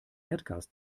erdgas